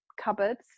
cupboards